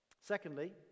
Secondly